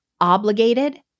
obligated